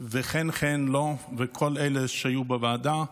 חן-חן לו ולכל אלה שהיו בוועדה,